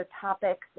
topics